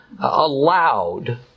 allowed